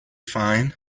fine